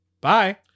Bye